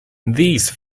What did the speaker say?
these